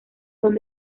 son